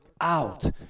out